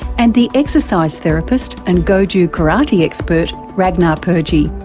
and the exercise therapist and goju karate expert ragnar purje. yeah